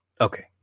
Okay